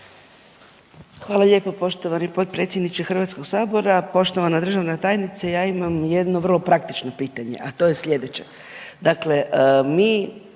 Hvala lijepo poštovani potpredsjedniče HS-a, poštovana državna tajnice. Ja imam jedno vrlo praktično pitanje, a to je sljedeće, dakle mi